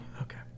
okay